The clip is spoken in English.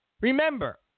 Remember